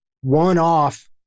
one-off